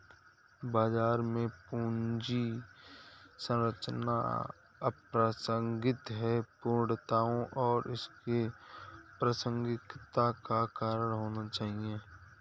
बाजार में पूंजी संरचना अप्रासंगिक है, अपूर्णताओं को इसकी प्रासंगिकता का कारण होना चाहिए